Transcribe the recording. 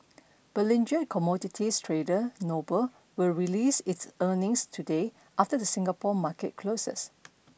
belinge commodities trader Noble will release its earnings today after the Singapore market closes